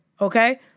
okay